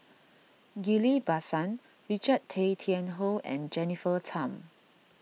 Ghillie Basan Richard Tay Tian Hoe and Jennifer Tham